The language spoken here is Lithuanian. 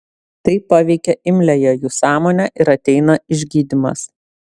tai paveikia imliąją jų sąmonę ir ateina išgydymas